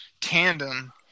tandem